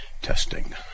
Testing